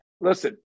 listen